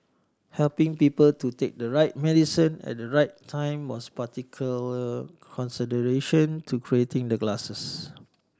helping people to take the right medicine at the right time was particular consideration to creating the glasses